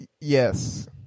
Yes